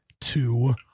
two